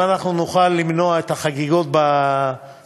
אם אנחנו נוכל למנוע את החגיגות בחגים,